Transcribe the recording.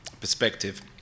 perspective